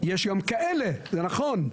יש גם כאלה, זה נכון.